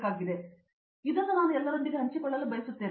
ಆದ್ದರಿಂದ ನಾನು ಅದನ್ನು ಎಲ್ಲರೊಂದಿಗೆ ಹಂಚಿಕೊಳ್ಳಲು ಬಯಸುತ್ತೇನೆ